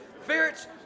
ferrets